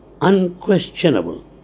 unquestionable